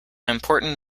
important